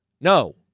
no